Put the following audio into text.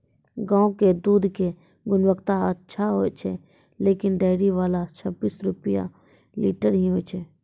गांव के दूध के गुणवत्ता अच्छा छै लेकिन डेयरी वाला छब्बीस रुपिया लीटर ही लेय छै?